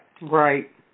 Right